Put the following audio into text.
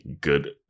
good